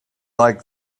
like